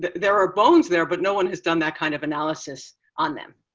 there are bones there, but no one has done that kind of analysis on them.